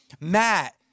Matt